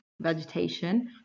vegetation